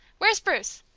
where's bruce?